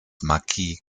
marquis